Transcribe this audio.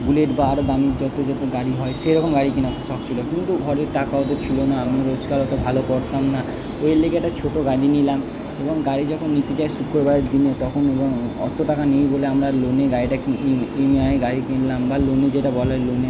bullet বা আরো দামি যতো যতো গাড়ি হয় সেরকম গাড়ি কেনার শখ ছিলো কিন্তু ঘরে টাকা অত ছিল না আমি রোজগার অত ভালো করতাম না ওই লেগে একটা ছোটো গাড়ি নিলাম এবং গাড়ি যখন নিতে যাই শুক্রবারের দিনে তখন এবং অত্ত টাকা নেই বলে আমরা লোনে গাড়িটা ইএমআইয়ে গাড়ি কিনলাম বা লোনে যেটা বলে লোনে